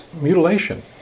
mutilation